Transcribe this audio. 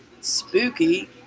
spooky